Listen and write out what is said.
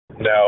No